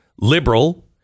liberal